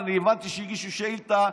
הבנתי שגם הגישו שאילתה.